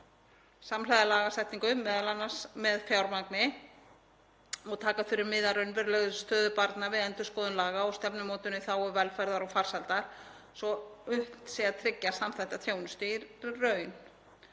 samhliða lagasetningu, m.a. með fjármagni, og taka þurfi mið af raunverulegri stöðu barna við endurskoðun laga og stefnumótunar í þágu velferðar og farsældar svo unnt sé að tryggja samþætta þjónustu í raun